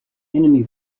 enemy